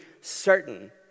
certain